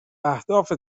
اهداف